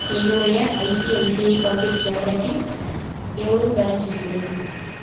என்னுடைய ICICI Pockets வாலெட்டில் எவ்வளவு பேலன்ஸ் இருக்கிறது